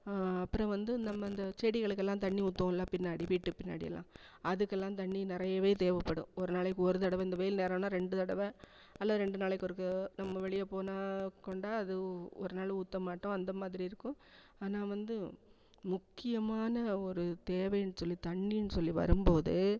அப்புறம் வந்து நம்ம இந்த செடிகளுக்கெல்லாம் தண்ணி ஊற்றுவோம்ல பின்னாடி வீட்டுக்கு பின்னாடி எல்லாம் அதுக்கெலாம் தண்ணி நிறையவே தேவைப்படும் ஒரு நாளைக்கு ஒரு தடவை இந்த வெயில் நேரம்னால் ரெண்டு தடவை அல்ல ரெண்டு நாளைக்கு ஒருக்கா நம்ம வெளிய போனால் கொண்டா அது ஒரு நாள் ஊற்ற மாட்டோம் அந்த மாதிரி இருக்கும் ஆனால் வந்து முக்கியமான ஒரு தேவைன்னு சொல்லி தண்ணின்னு சொல்லி வரும்போது